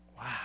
Wow